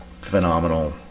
phenomenal